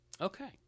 Okay